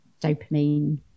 dopamine